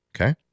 okay